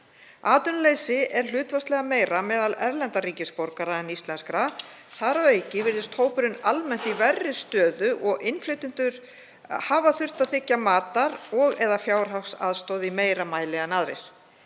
Atvinnuleysi er hlutfallslega meira meðal erlendra ríkisborgara en íslenskra. Þar að auki virðist hópurinn almennt í verri stöðu og innflytjendur hafa þurft að þiggja matar- og/eða fjárhagsaðstoð í meira mæli en aðrir.